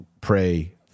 pray